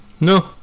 No